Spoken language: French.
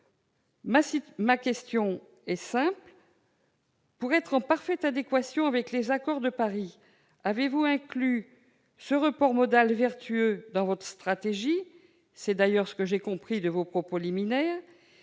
Mes questions sont simples : pour être en parfaite adéquation avec l'accord de Paris, avez-vous inclus ce report modal vertueux dans votre stratégie ?